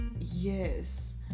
yes